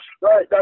right